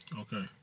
Okay